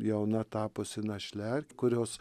jauna tapusi našle kurios